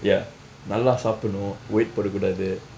ya நல்லா சாப்பிடணும்:nallaa sappidanuum weight போடக்கூடாது:podakkuudathu